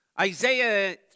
Isaiah